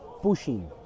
pushing